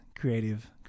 Creative